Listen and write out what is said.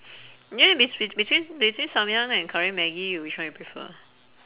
you know bet~ between between samyang and curry maggi which one you prefer